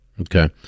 Okay